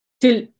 till